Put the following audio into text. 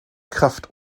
kraft